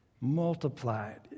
multiplied